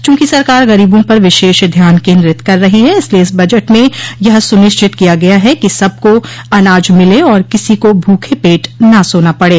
चूंकि सरकार गरीबों पर विशेष ध्यान केन्द्रित कर रही है इसलिए इस बजट में यह सुनिश्चित किया गया है कि सबको अनाज मिले और किसी को भूखे पेट न सोना पड़े